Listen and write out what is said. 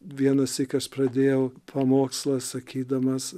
vienąsyk aš pradėjau pamokslą sakydamas